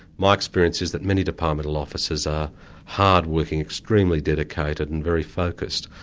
my experience is that many departmental officers are hard-working, extremely dedicated and very focused.